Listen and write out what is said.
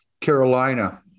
Carolina